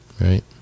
right